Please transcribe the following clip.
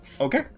Okay